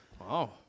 Wow